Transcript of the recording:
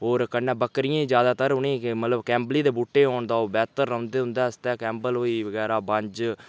होर कन्नै बक्करियें ज्यादातर उ'नेंगी मतलब केम्बली दे बूह्टे होन तां ओह् बेह्तर रौह्न्दे उं'दे आस्तै केम्बल होई गेई बगैरा बंज